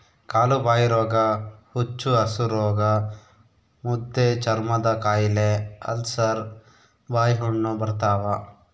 ಕಾಲುಬಾಯಿರೋಗ ಹುಚ್ಚುಹಸುರೋಗ ಮುದ್ದೆಚರ್ಮದಕಾಯಿಲೆ ಅಲ್ಸರ್ ಬಾಯಿಹುಣ್ಣು ಬರ್ತಾವ